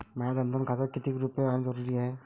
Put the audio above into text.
माह्या जनधन खात्यात कितीक रूपे रायने जरुरी हाय?